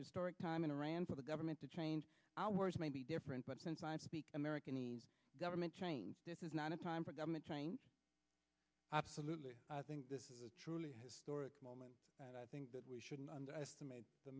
historic time in iran for the government to change ours may be different but since i speak american the government change this is not a time for government change absolutely i think this is a truly historic moment and i think that we shouldn't underestimate the